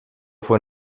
fue